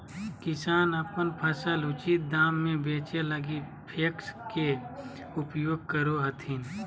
किसान अपन फसल उचित दाम में बेचै लगी पेक्स के उपयोग करो हथिन